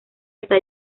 está